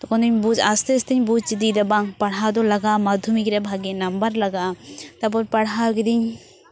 ᱛᱚᱠᱷᱚᱱᱤᱧ ᱟᱥᱛᱮ ᱟᱥᱛᱮᱧ ᱵᱩᱡᱽ ᱤᱫᱤᱠᱮᱫᱟ ᱵᱟᱝ ᱯᱟᱲᱦᱟᱣ ᱫᱚ ᱞᱟᱜᱟᱣ ᱟᱢᱟ ᱢᱟᱫᱽᱫᱷᱚᱢᱤᱠ ᱨᱮ ᱵᱷᱟᱹᱜᱤ ᱱᱟᱢᱵᱟᱨ ᱞᱟᱜᱟᱜᱼᱟ ᱛᱟᱨᱯᱚᱨ ᱯᱟᱲᱦᱟᱣ ᱠᱤᱫᱤᱧ